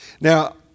Now